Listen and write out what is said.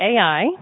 AI